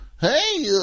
hey